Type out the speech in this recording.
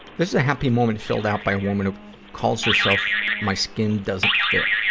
this is a happy moment filled out by a woman who calls herself my skin doesn't fit.